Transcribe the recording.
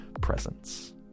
presence